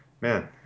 man